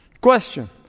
Question